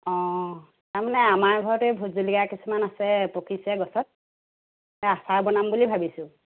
অঁ তাৰমানে আমাৰ ঘৰত এই ভোটজলকীয়া কিছুমান আছে পকিছে গছত আচাৰ বনাম বুলি ভাবিছোঁ